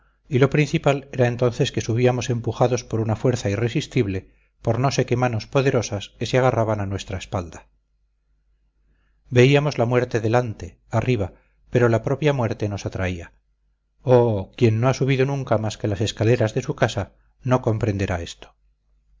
y lo principal era entonces que subíamos empujados por una fuerza irresistible por no sé qué manos poderosas que se agarraban a nuestra espalda veíamos la muerte delante arriba pero la propia muerte nos atraía oh quien no ha subido nunca más que las escaleras de su casa no comprenderá esto